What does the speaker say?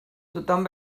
tothom